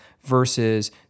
versus